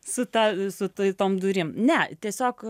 su ta su tom durim ne tiesiog